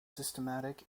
systematic